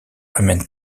amènent